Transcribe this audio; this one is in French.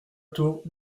tour